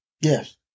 Yes